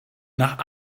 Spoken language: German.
nach